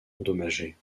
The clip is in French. endommagée